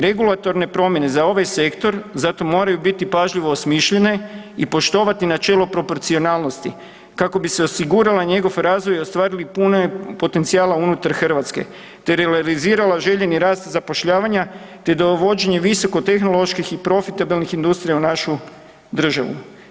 Regulatorne promjene za ovaj sektor zato moraju biti pažljivo osmišljene i poštovati načelo proporcionalnosti kako bi se osigurao njegov razvoj i ostvarili puni potencijali unutar Hrvatske, te realizirala željeni rast zapošljavanja, te dovođenje visoko tehnoloških i profitabilnih industrija u našu državu.